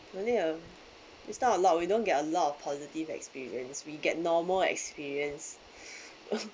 really ah it's not a lot we don't get a lot of positive experience we get normal experience